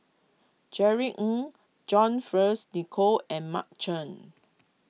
Jerry Ng John Fearns Nicoll and Mark Chan